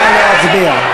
נא להצביע.